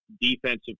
defensive